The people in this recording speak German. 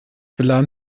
beladen